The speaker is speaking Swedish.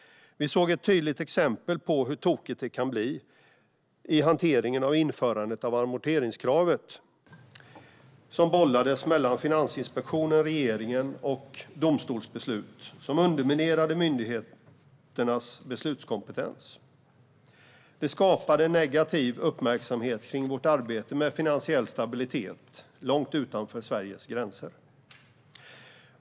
Vi såg ett tydligt exempel på hur tokigt det kan bli vid hanteringen av införandet av amorteringskravet. Det bollades mellan Finansinspektionen, regeringen och domstolsbeslut, vilket underminerade myndighetens beslutskompetens. Det skapade negativ uppmärksamhet kring vårt arbete med finansiell stabilitet långt utanför Sveriges gränser.